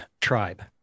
tribe